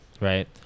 Right